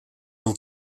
ele